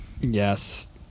Yes